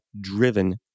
driven